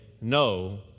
no